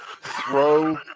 throw